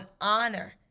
honor